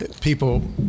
people